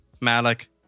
Malik